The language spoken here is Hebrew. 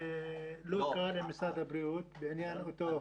לא קל עם משרד הבריאות בעניין אותו חוזר.